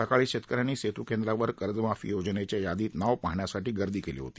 सकाळीच शेतक यांनी सेतू केंद्रावर कर्जमाफी योजनेच्या यादीत नाव पाहण्यासाठी गर्दी केली होती